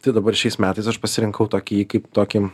tai dabar šiais metais aš pasirinkau tokį jį kaip tokį